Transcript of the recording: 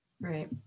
Right